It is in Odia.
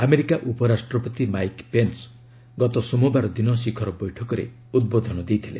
ଆମେରିକା ଉପରାଷ୍ଟ୍ରପତି ମାଇକ୍ ପେନ୍ସ ଗତ ସୋମବାର ଦିନ ଶିଖର ବୈଠକରେ ଉଦ୍ବୋଧନ ଦେଇଥିଲେ